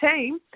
team